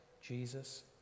Jesus